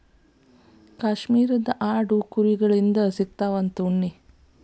ಕಾಶ್ಮೇರದ ಆಡು ಕುರಿ ಗಳಿಂದ ಸಿಗುವಂತಾ ಉಣ್ಣಿ